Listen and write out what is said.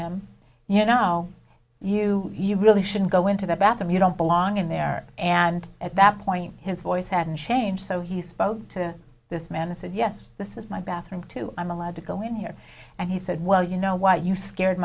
him you know you really shouldn't go into the bathroom you don't belong in there and at that point his voice hadn't changed so he spoke to this man and said yes this is my bathroom too i'm allowed to go in here and he said well you know why you scared